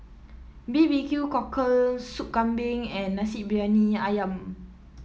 B B Q Cockle Sop Kambing and Nasi Briyani ayam